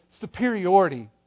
superiority